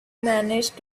manage